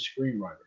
screenwriter